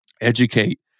Educate